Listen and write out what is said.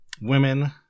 women